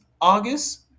August